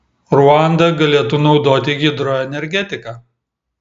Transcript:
ruanda galėtų naudoti hidroenergetiką